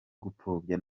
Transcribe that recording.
gupfobya